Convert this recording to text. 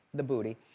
the booty.